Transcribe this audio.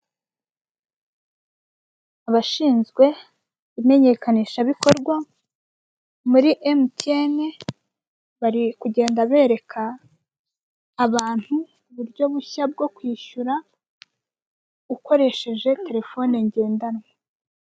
Abashinzwe imenyekanishabikorwa muri emutiyeni m, bari kugenda bereka abantu uburyo bushya bwo kwishyura ukoresheje telefoni ngendanwa.